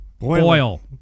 Boil